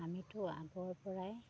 আমিতো আগৰ পৰাই